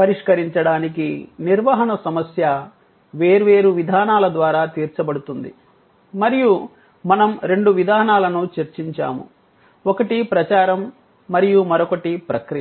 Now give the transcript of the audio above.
పరిష్కరించడానికి నిర్వహణ సమస్య వేర్వేరు విధానాల ద్వారా తీర్చబడుతుంది మరియు మనం రెండు విధానాలను చర్చించాము ఒకటి ప్రచారం మరియు మరొకటి ప్రక్రియ